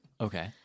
Okay